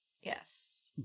Yes